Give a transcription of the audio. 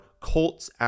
Colts